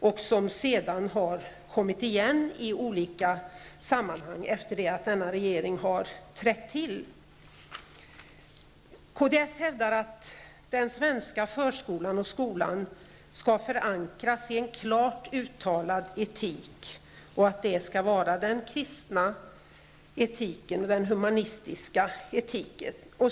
Den har sedan kommit igen i olika sammanhang efter det att denna regering tillträtt. Kds hävdar att den svenska förskolan och skolan skall förankras i en klart uttalad etik och att det skall vara den kristna och humanistiska etiken.